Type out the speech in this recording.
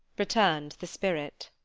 returned the spirit,